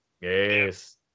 Yes